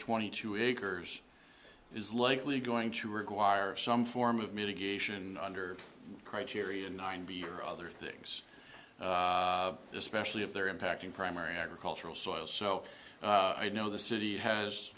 twenty two acres is likely going to require some form of mitigation under criteria nine other things especially if they're impacting primary agricultural soil so i know the city has